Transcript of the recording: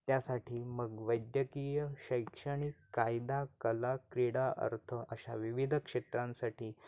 त्यासाठी मग वैद्यकीय शैक्षणिक कायदा कला क्रीडा अर्थ अशा विविध क्षेत्रांसाठी